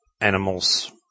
animals